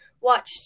watched